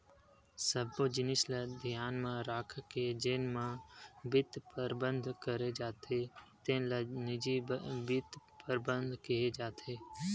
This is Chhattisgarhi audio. सब्बो जिनिस ल धियान म राखके जेन म बित्त परबंध करे जाथे तेन ल निजी बित्त परबंध केहे जाथे